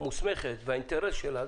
מוסמכת לעשות והאינטרס שלה,